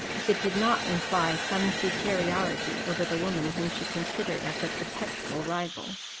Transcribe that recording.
if it did not imply some superiority over the woman whom she considered as a perpetual rival.